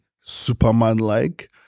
Superman-like